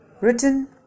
written